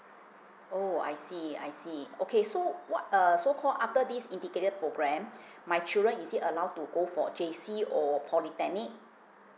oh I see I see okay so what err so call after this integrated programme my children is it allowed to go for J_C or polytechnic